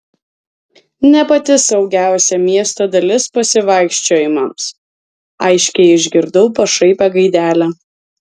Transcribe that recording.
ne pati saugiausia miesto dalis pasivaikščiojimams aiškiai išgirdau pašaipią gaidelę